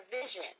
vision